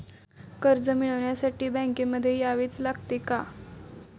कर्ज मिळवण्यासाठी बँकेमध्ये यावेच लागेल का?